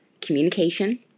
communication